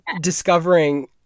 discovering